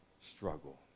struggle